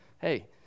Hey